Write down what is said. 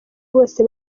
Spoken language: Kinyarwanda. bose